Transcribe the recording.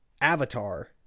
Avatar